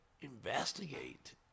investigate